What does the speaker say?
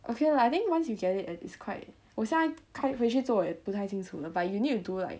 okay lah I think once you get it and it's quite 我现在看回去做也不太清楚了 but you need to do like